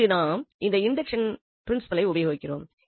இங்கு நாம் இந்த இண்டக்சண் பிரின்சிபலை உபயோகிக்கிறோம்